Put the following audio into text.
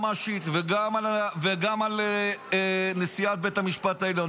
היועמ"שית וגם על נשיאת בית המשפט העליון.